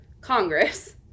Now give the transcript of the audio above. Congress